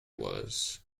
was